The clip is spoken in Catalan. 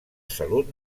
salut